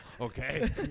Okay